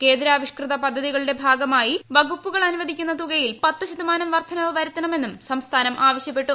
കേന്ദ്രാവിഷ്കൃത പദ്ധതികളുടെ ഭാഗ്ഗമായി വകുപ്പുകൾ അനുവദിക്കുന്ന തുകയിൽ പ്പത്ത് ശതമാനം വർദ്ധന വരുത്തണമെന്നും സംസ്ഫാനും ആവശ്യപ്പെട്ടു